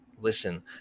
Listen